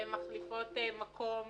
הן מחליפות מקום